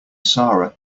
sara